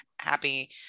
happy